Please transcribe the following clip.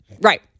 right